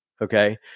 okay